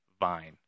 vine